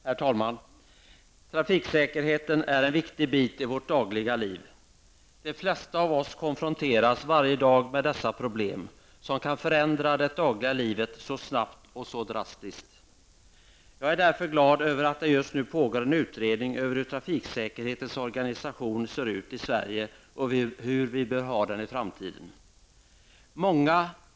Herr talman! Trafiksäkerheten är en viktig bit i vårt dagliga liv. De flesta av oss konfronteras varje dag med trafikproblem, som kan förändra det dagliga livet så snabbt och så drastiskt. Jag är därför glad över att det just nu pågår en utredning över hur trafiksäkerhetens organisation ser ut i Sverige och hur vi bör ha den i framtiden.